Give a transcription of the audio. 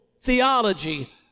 theology